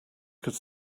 could